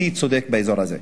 אמיתי וצודק באזור הזה.